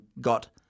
got